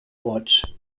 vots